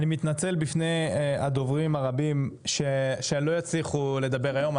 אני מתנצל בפני הדוברים הרבים שלא יצליחו לדבר היום.